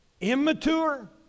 immature